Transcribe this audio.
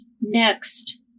Next